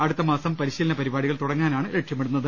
അടുത്ത് മാസം പരിശീലന പരി പാടികൾ തുടങ്ങാനാണ് ലക്ഷ്യമിടുന്നത്